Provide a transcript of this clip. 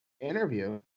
interview